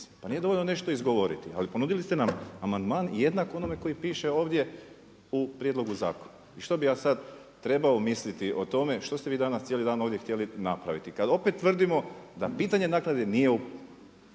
pa nije dovoljno nešto izgovoriti, ali ponudili ste nam amandman jednak onome koji piše ovdje u prijedlogu zakona. I što bih ja sad trebao misliti o tome što ste vi danas cijeli dan ovdje htjeli napraviti kad opet tvrdimo da pitanje naknade nije u